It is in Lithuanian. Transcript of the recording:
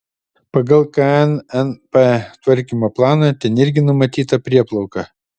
pagal knnp tvarkymo planą ten irgi numatyta prieplauka